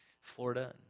Florida